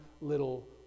little